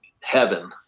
heaven